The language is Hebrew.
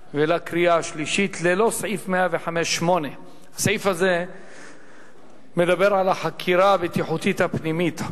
ללא סעיף 105(8). הסעיף הזה מדבר על החקירה הבטיחותית הפנימית.